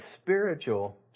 spiritual